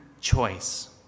choice